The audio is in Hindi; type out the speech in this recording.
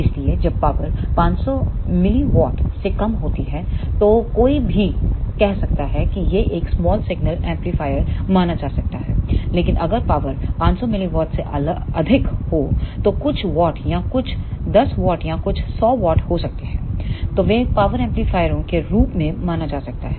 इसलिए जब पावर 500 mW से कम होती है तो कोई भी कह सकता है कि यह एक स्मॉल सिग्नल एम्पलीफायर माना जा सकता है लेकिन अगर पावर 500 mW से अधिक हो तो कुछ वाट या कुछ 10 W या कुछ 100 W हो सकते हैं तो वे पावर एम्पलीफायरों के रूप में माना जा सकता है